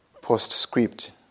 Postscript